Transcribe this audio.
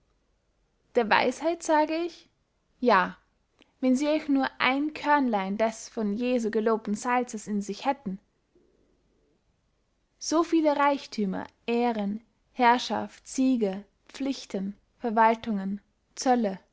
der weisheit sage ich ja wenn sie auch nur ein körnlein des von jesu gelobten salzes in sich hätten so viele reichthümer ehren herrschaft siege pflichten verwaltungen zölle